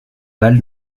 val